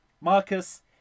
Marcus